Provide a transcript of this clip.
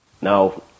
Now